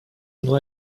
nur